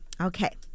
okay